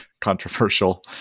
controversial